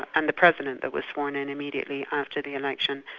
and the president that was sworn in immediately after the election.